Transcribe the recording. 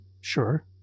Sure